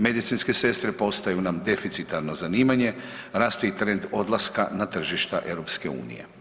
Medicinske sestre postaju nam deficitarno zanimanje, raste i trend odlaska na tržišta EU.